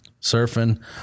Surfing